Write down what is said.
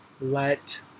Let